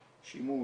שימוש,